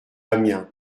amiens